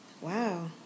Wow